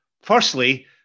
Firstly